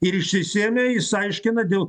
ir išsisėmė jis aiškina dėl